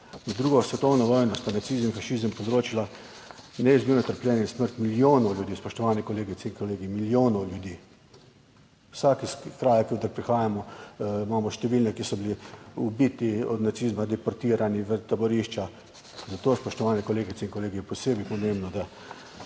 2. svetovno vojno sta nacizem in fašizem povzročila neizmerno trpljenje in smrt milijonov ljudi, spoštovane kolegice in kolegi, milijonov ljudi. Vsak kraj, koder prihajamo, imamo številne, ki so bili ubiti od nacizma, deportirani v taborišča, zato spoštovane kolegice in kolegi, je posebej pomembno, da